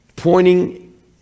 pointing